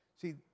See